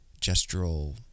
gestural